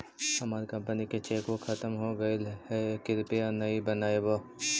हमार कंपनी की चेकबुक खत्म हो गईल है, कृपया नई बनवाओ